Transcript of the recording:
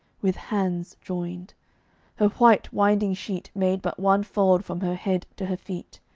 with hands joined her white winding-sheet made but one fold from her head to her feet.